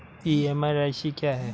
EMI राशि क्या है?